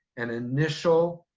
an initial